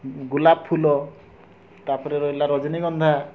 ଗୋଲାପ ଫୁଲ ତା'ପରେ ରହିଲା ରଜନୀଗନ୍ଧା